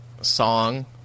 song